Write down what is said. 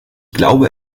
glaube